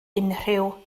unrhyw